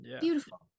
Beautiful